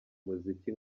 muziki